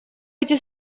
эти